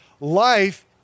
Life